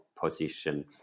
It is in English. position